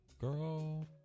girl